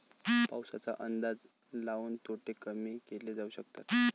पाऊसाचा अंदाज लाऊन तोटे कमी केले जाऊ शकतात